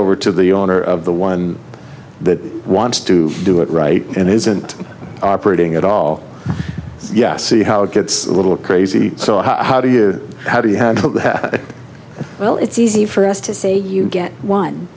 over to the owner of the one that wants to do it right it isn't operating at all yes see how it gets a little crazy so how do you how do you have a well it's easy for us to say you get one